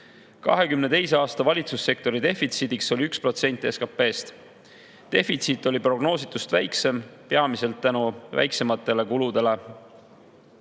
2022. aasta valitsussektori defitsiit oli 1% SKP‑st. Defitsiit oli prognoositust väiksem peamiselt tänu väiksematele kuludele.